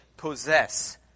possess